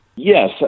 Yes